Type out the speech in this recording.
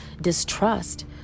distrust